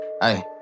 hey